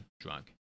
drug